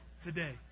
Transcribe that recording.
today